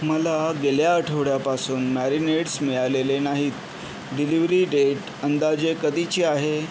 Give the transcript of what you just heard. मला गेल्या आठवड्यापासून मॅरिनेड्स मिळालेले नाहीत डिलिव्हरी डेट अंदाजे कधीची आहे